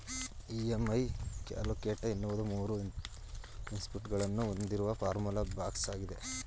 EMI calculator ಎನ್ನುವುದು ಮೂರು input ಗಳನ್ನು ಹೊಂದಿರುವ ಫಾರ್ಮುಲಾ ಬಾಕ್ಸ್ ಆಗಿದೆ